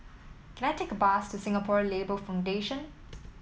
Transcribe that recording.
can I take a bus to Singapore Labour Foundation